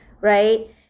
right